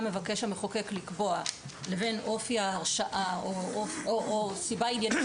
המחוקק מבקש לקבוע לבין אופי ההרשעה או סיבה עניינית